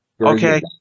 Okay